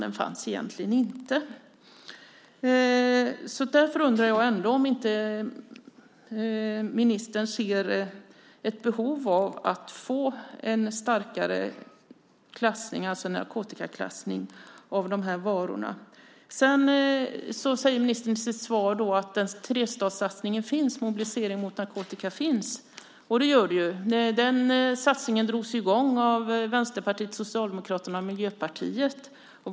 Den fanns egentligen inte. Jag undrar om ministern ändå inte ser ett behov av att få en starkare klassning, narkotikaklassning, av dessa varor. Ministern säger i sitt svar att trestadssatsningen och Mobilisering mot narkotika finns. Det gör det. Den satsningen drogs i gång av Vänsterpartiet, Socialdemokraterna och Miljöpartiet.